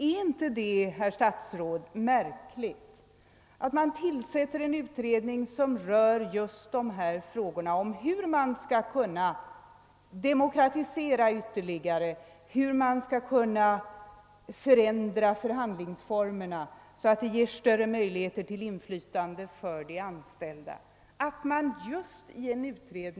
är inte det, herr statsråd, märkligt att man när man tillsätter en utredning, som rör frågorna om hur man skall kunna demokratisera och ytterligare förändra förhandlingsformerna så att de ger större möjligheter till inflytande för de anställda, lämnar dessa helt utanför?